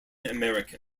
american